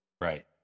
Right